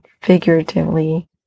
figuratively